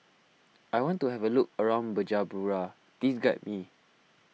I want to have a look around Bujumbura please guide me